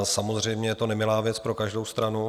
Samozřejmě, je to nemilá věc pro každou stranu.